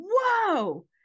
Whoa